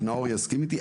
ונאור יסכים איתי,